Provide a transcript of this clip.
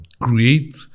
create